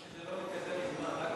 אמרתי שזה לא כזה מזמן.